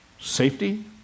safety